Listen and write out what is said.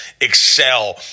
excel